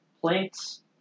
plates